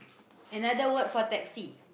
another word for taxi